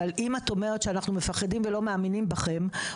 אבל אם את אומרת שאנחנו מפחדים ולא מאמינים בכם,